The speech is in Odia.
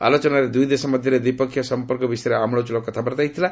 ଆଲୋଚନାରେ ଦୁଇଦେଶ ମଧ୍ୟରେ ଦ୍ୱିପକ୍ଷୀୟ ସଂପର୍କ ବିଷୟରେ ଆମ୍ବଳଚଳ କଥାବାର୍ତ୍ତା ହୋଇଥିଲା